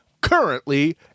currently